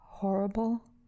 horrible